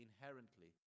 inherently